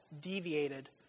deviated